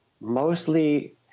mostly